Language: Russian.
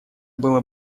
было